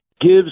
gives